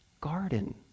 garden